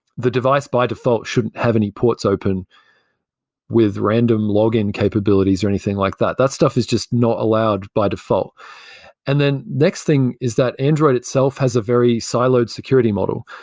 the device by default shouldn't have any ports open with random login capabilities, or anything like that. that stuff is just not allowed by default and then next thing is that android itself has a very siloed security model.